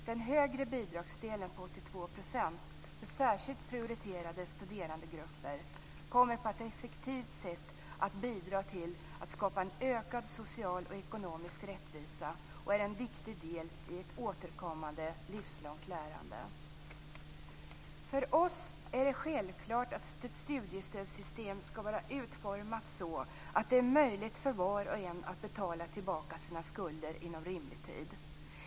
Den högre bidragsdelen på 82 % för särskilt prioriterade studerandegrupper kommer på ett effektivt sätt att bidra till att skapa en ökad social och ekonomisk rättvisa och är en viktig del i ett återkommande livslångt lärande. För oss är det självklart att ett studiestödssystem ska vara utformat så, att det är möjligt för var och en att betala tillbaka sina skulder inom rimlig tid.